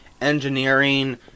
engineering